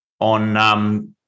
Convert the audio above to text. on